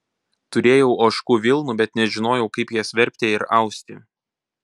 turėjau ožkų vilnų bet nežinojau kaip jas verpti ir austi